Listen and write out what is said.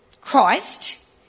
Christ